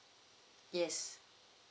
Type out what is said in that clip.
yes